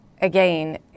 again